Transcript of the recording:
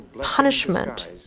punishment